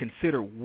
consider